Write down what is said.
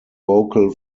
vocal